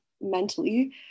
mentally